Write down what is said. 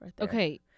Okay